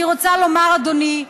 אני רוצה לומר, אדוני,